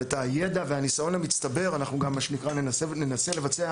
ועם הידע והניסיון המצטברים אנחנו ננסה לבצע